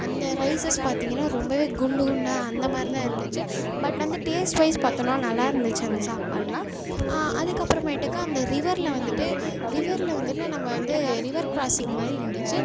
அந்த ரைசஸஸ் பார்த்தீங்கன்னா ரொம்பவே குண்டு குண்டாக அந்த மாதிரி தான் இருந்துச்சு பட் வந்து டேஸ்ட்வைஸ் பார்த்தோன்னா நல்லா இருந்துச்சு அந்த சாப்பாடெலாம் அதுக்கு அப்புறமேட்டுக்கு அந்த ரிவரில் வந்துட்டு ரிவரில் வந்துட்டு நம்ம வந்து ரிவர் க்ராஸிங் மாதிரி இருந்துச்சு